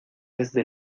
desde